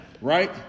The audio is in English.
right